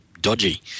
dodgy